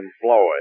Floyd